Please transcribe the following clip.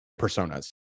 personas